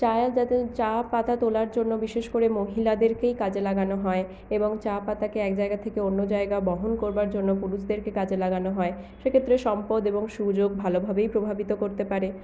চায়ের যাতে চা পাতা তোলার জন্য বিশেষ করে মহিলাদেরকেই কাজে লাগানো হয় এবং চা পাতাকে এক জায়গা থেকে অন্য জায়গা বহন করবার জন্য পুরুষদেরকে কাজে লাগানো হয় সেক্ষেত্রে সম্পদ এবং সুযোগ ভালোভাবেই প্রভাবিত করতে পারে